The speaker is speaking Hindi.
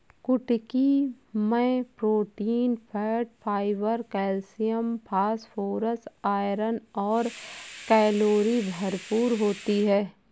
कुटकी मैं protein, fat, fibre, calcium, phosphorus, iron और कैलोरी भरपूर होती है